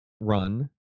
run